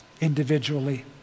individually